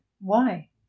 Why